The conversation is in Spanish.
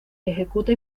ejecuta